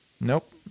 Nope